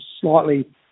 slightly